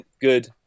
good